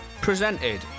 presented